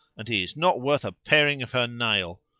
and he is not worth a paring of her nail.